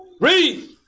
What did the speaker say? read